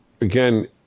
again